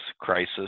crisis